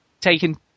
taken